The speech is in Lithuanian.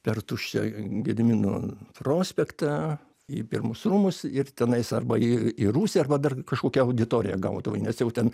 per tuščią gedimino prospektą į pirmus rūmus ir tenais arba į į rūsį arba dar kažkokią auditoriją gaudavai nes jau ten